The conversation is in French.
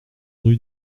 rue